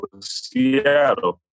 Seattle